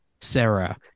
Sarah